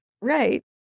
right